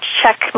check